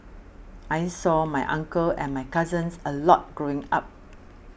I saw my uncle and my cousins a lot growing up